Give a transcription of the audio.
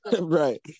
Right